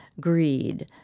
greed